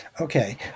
okay